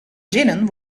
zinnen